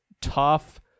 tough